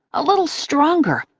a little stronger,